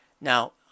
Now